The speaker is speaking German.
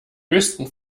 höchsten